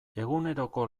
eguneroko